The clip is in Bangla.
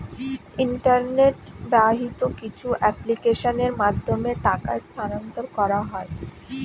ইন্টারনেট বাহিত কিছু অ্যাপ্লিকেশনের মাধ্যমে টাকা স্থানান্তর করা হয়